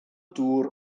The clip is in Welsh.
dŵr